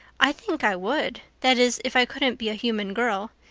i think i would that is, if i couldn't be a human girl.